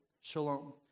shalom